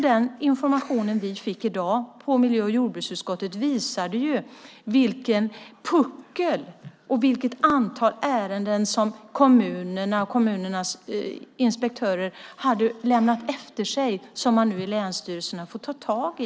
Den information som vi fick i dag i miljö och jordbruksutskottet visade att kommunernas inspektörer har lämnat efter sig ett antal ärenden som länsstyrelserna nu får ta tag i.